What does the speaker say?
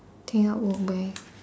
think I would wear